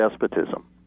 despotism